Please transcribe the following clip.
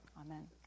Amen